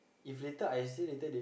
if later I say later they